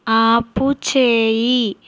ఆపుచెయ్యి